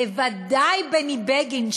בוודאי בני בגין,